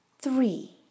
Three